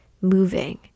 moving